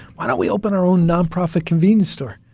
why don't we open our own nonprofit convenience store?